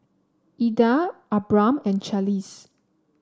Eda Abram and Charlize